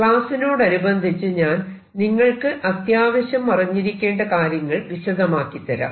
ക്ലാസ്സിനോടനുബന്ധിച്ച് ഞാൻ നിങ്ങൾക്ക് അത്യാവശ്യം അറിഞ്ഞിരിക്കേണ്ട കാര്യങ്ങൾ വിശദമാക്കിത്തരാം